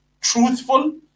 truthful